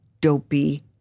dopey